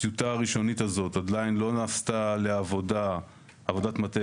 הטיוטה הראשונית הזאת עדיין לא נעשתה לעבודת מטה